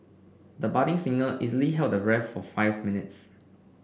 the budding singer easily held the of five minutes